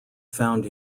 found